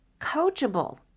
coachable